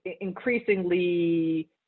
increasingly